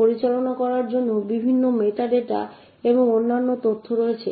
পরিচালনা করার জন্য বিভিন্ন মেটা ডেটা এবং অন্যান্য তথ্য রয়েছে